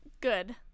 good